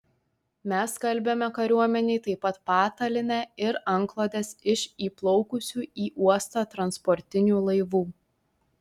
mes skalbiame kariuomenei taip pat patalynę ir antklodes iš įplaukusių į uostą transportinių laivų